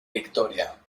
victoria